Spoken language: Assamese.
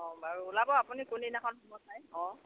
অ বাৰু ওলাব আপুনি কোনদিনাখন অ